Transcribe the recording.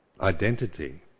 identity